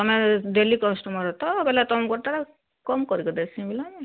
ତମେ daily customer ତ ବେଲେ ତମ୍କୁ ହେଟା କମ୍ କରିକି ଦେସି ବୁଝ୍ଲ କିନି